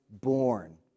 born